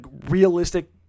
realistic